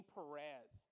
Perez